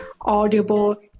Audible